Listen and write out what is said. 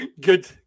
Good